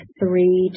three